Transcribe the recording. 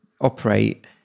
operate